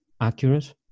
accurate